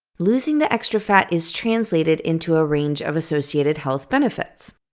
losing the extra fat is translated into a range of associated health benefits.